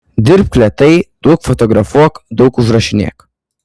dirbk lėtai daug fotografuok daug užrašinėk